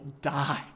die